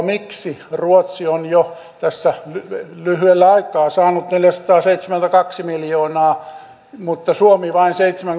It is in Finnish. maanpuolustuskoulutusyhdistys mpk on viime vuosina paikannut myös puolustusvoimien kertausharjoituksissa ollutta vajetta